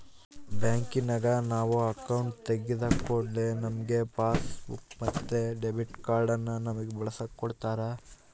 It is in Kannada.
ಬ್ಯಾಂಕಿನಗ ನಾವು ಅಕೌಂಟು ತೆಗಿದ ಕೂಡ್ಲೆ ನಮ್ಗೆ ಪಾಸ್ಬುಕ್ ಮತ್ತೆ ಡೆಬಿಟ್ ಕಾರ್ಡನ್ನ ನಮ್ಮಗೆ ಬಳಸಕ ಕೊಡತ್ತಾರ